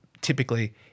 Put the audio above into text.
typically